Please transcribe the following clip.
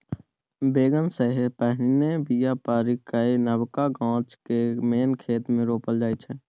बेगन सेहो पहिने बीया पारि कए नबका गाछ केँ मेन खेत मे रोपल जाइ छै